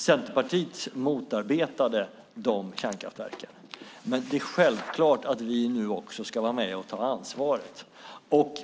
Centerpartiet motarbetade de kärnkraftverken. Men det är självklart att vi nu ska vara med och ta ansvaret.